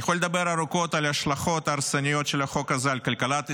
אני יכול לדבר ארוכות על ההשלכות ההרסניות של החוק הזה על כלכלת ישראל,